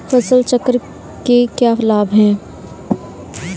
फसल चक्र के क्या लाभ हैं?